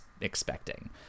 expecting